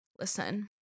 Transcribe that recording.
listen